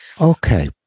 Okay